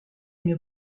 une